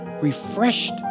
refreshed